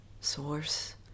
source